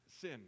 sin